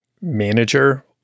manager